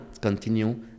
continue